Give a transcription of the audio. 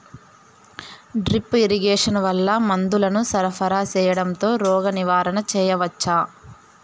Drip irrigation వల్ల మందులను సరఫరా సేయడం తో రోగ నివారణ చేయవచ్చా?